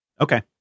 Okay